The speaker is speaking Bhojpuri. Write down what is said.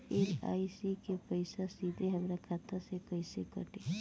एल.आई.सी के पईसा सीधे हमरा खाता से कइसे कटी?